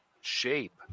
shape